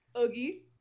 Oogie